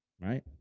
Right